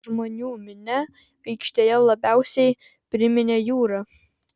žmonių minia aikštėje labiausiai priminė jūrą